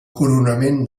coronament